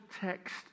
text